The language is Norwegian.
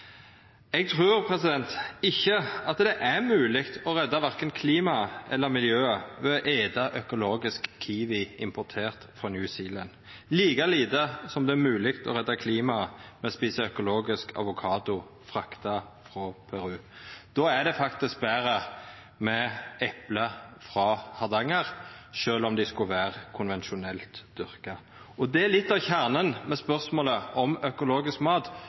Eg trur ikkje at det er mogleg å redda verken klimaet eller miljøet ved å eta økologisk kiwi importert frå New Zealand, like lite som det er mogleg å redda klimaet ved å eta økologisk avokado frakta frå Peru. Då er det faktisk betre med eple frå Hardanger, sjølv om dei skulle vera konvensjonelt dyrka. Det er litt av kjernen med spørsmålet om økologisk mat.